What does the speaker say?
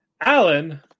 alan